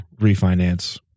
refinance